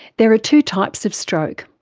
there are two types of stroke,